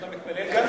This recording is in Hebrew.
אתה מתפלל גם כן?